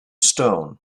stone